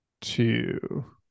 two